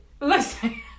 Listen